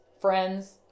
friends